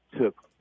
took